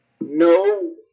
no